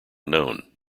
known